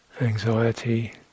anxiety